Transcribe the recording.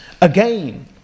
Again